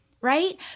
right